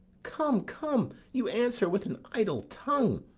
come, come, you answer with an idle tongue.